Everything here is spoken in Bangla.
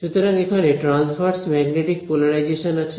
সুতরাং এখানে ট্রান্সভার্স ম্যাগনেটিক পোলারাইজেশন আছে